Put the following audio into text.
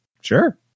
Sure